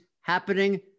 happening